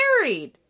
married